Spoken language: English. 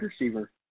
receiver